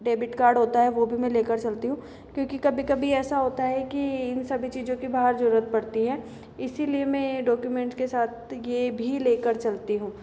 debit card होता है वो भी मैं लेके चलती हूँ क्योंकि कभी कभी ऐसा होता है कि इन सभी चीजों की बाहर जरूरत पड़ती है इसलिए मैं ये डॉक्युमेंट्स के साथ ये भी लेकर चलती हूँ